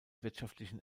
wirtschaftlichen